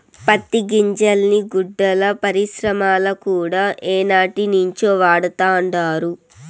పత్తి గింజల్ని గుడ్డల పరిశ్రమల కూడా ఏనాటినుంచో వాడతండారు